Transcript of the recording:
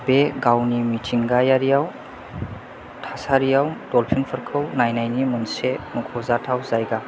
बे गावनि मिथिंगायारियाव थासारियाव डल्फिनफोरखौ नायनायनि मोनसे मख'जाथाव जायगा